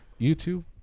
youtube